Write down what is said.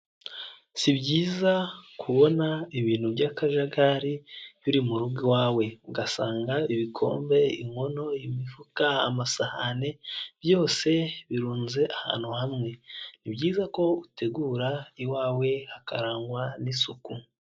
Si byiza kubona ibintu by'akajagari biri mu rugo iwawe, ugasanga ibikombe, inkono, imifuka, amasahani byose birunze ahantu hamwe, ni byizayiza ko utegura iwawe hakarangwa n'isuku.